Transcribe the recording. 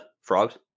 frogs